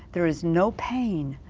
there is no pain,